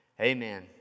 amen